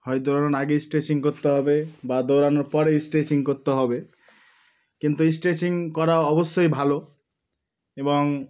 হয় দৌড়ানোর আগেই স্ট্রেচিং করতে হবে বা দৌড়ানোর পরে স্ট্রেচিং করতে হবে কিন্তু স্ট্রেচিং করা অবশ্যই ভালো এবং